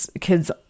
kids